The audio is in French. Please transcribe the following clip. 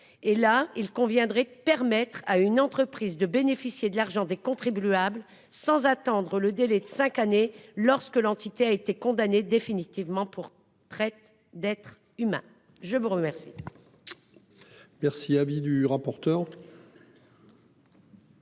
Et là, il conviendrait de permettre à une entreprise de bénéficier de l'argent des contribuables sans attendre le délai de 5 années lorsque l'entité a été condamné définitivement pour traite d'être humain, je vous remercie.--